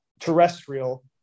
terrestrial